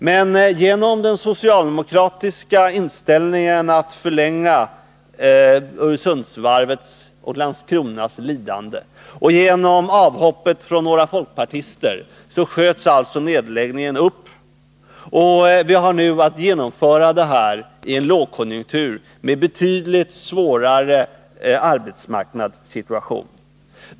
Men genom den socialdemokratiska inställningen att förlänga Öresundsvarvets och Landskronas lidande och genom avhoppet från några folkpartister sköts alltså nedläggningen upp, och vi har nu att genomföra den i en lågkonjunktur med betydligt svårare arbetsmarknadssituation.